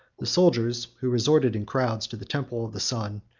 the soldiers, who resorted in crowds to the temple of the sun,